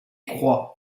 croix